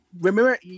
remember